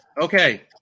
Okay